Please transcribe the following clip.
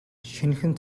шинэхэн